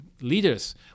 leaders